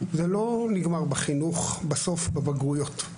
בחינוך זה לא נגמר בסוף בבגרויות.